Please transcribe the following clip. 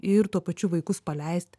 ir tuo pačiu vaikus paleist